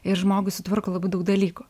ir žmogui sutvarko labai daug dalykų